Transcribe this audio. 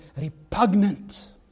repugnant